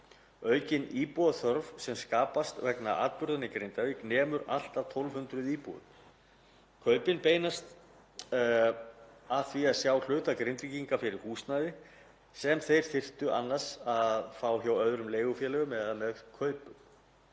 Aukin íbúðaþörf sem skapaðist vegna atburðanna í Grindavík nemur allt að 1.200 íbúðum. Kaupin beinast að því að sjá hluta Grindvíkinga fyrir húsnæði, sem þeir þyrftu annars að fá hjá öðrum leigufélögum eða með kaupum.